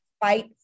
fight